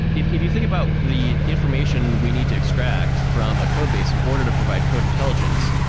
if if you think about the information we need to extract from a codebase in order to provide code intelligence,